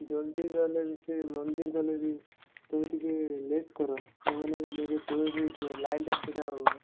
ଜଲ୍ଦି ଗଲେ ବି ସେ ମନ୍ଦିର ଗଲେ ବି ତୁମେ ଟିକେ ଲେଟ୍ କର ଏମାନେ ବି ନେବେ ତୁମେ ବି ଲାଇନ୍ରେ ଛିଡ଼ା ହୁଅ